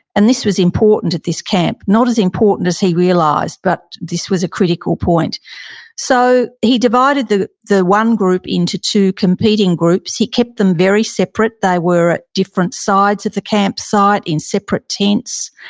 and this was important at this camp. not as important as he realized, but this was a critical point so he divided the the one group into two competing groups. he kept them very separate. they were at different sides of the campsite, in separate tents,